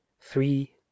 three